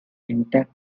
intact